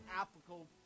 applicable